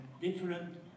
different